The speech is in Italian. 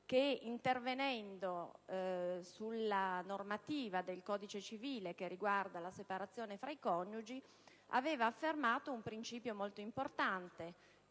che, intervenendo sulla normativa del codice civile riguardante la separazione fra i coniugi, aveva affermato un principio molto importante: